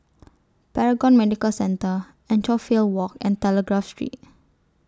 Paragon Medical Centre Anchorvale Walk and Telegraph Street